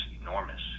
enormous